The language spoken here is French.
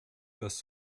passe